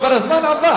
הזמן עבר.